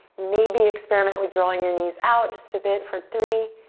maybe experiment with drawing your knees out, just a bit for three.